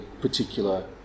particular